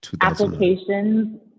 Applications